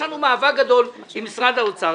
יש לנו מאבק גדול עם משרד האוצר,